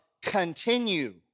continue